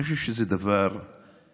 אני חושב שזה דבר חסר